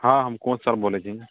हँ हम coach sir बोलै छी